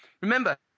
Remember